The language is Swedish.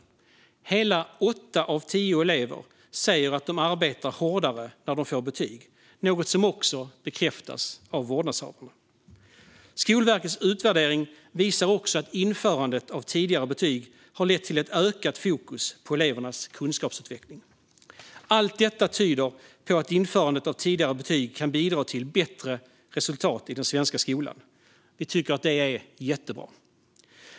Så många som åtta av tio elever säger att de arbetar hårdare när de får betyg, något som också bekräftas av vårdnadshavarna. Skolverkets utvärdering visar också att införandet av tidigare betyg har lett till ett ökat fokus på elevernas kunskapsutveckling. Allt detta tyder på att införandet av tidigare betyg kan bidra till bättre resultat i den svenska skolan. Vi tycker att det är jättebra.